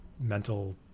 mental